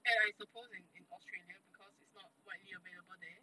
and I suppose in in australia because it's not widely available there